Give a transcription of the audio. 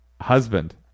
Husband